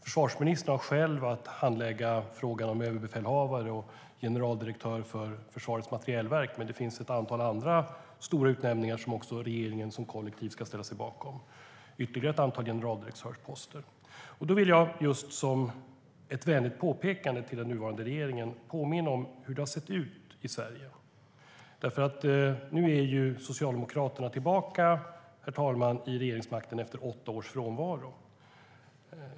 Försvarsministern har själv att handlägga frågan om överbefälhavare och generaldirektör för Försvarets materielverk, men det finns ett antal andra stora utnämningar regeringen som kollektiv ska ställa sig bakom. Det gäller ytterligare ett antal generaldirektörsposter. Jag vill som ett vänligt påpekande till den nuvarande regeringen påminna om hur det har sett ut i Sverige. Nu är nämligen Socialdemokraterna tillbaka vid regeringsmakten efter åtta års frånvaro, herr talman.